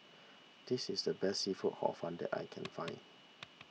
this is the best Seafood Hor Fun that I can find